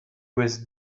was